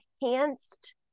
enhanced